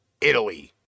Italy